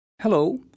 Hello